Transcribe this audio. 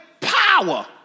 power